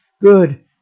good